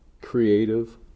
creative